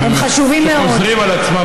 להזכירכם, אנחנו מצביעים על הצעת